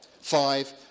Five